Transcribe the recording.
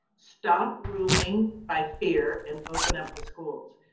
stop ruling by fear and open up the schools.